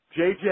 JJ